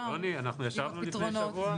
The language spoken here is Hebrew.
יוני, אנחנו ישבנו לפני שבוע?